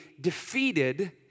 defeated